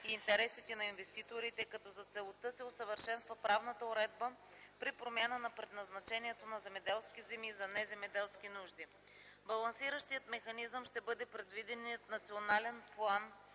и интересите на инвеститорите, като за целта се усъвършенства правната уредба при промяна на предназначението на земеделските земи за не земеделски нужди. Балансиращият механизъм ще бъде предвиденият Национален план